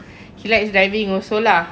he likes driving also lah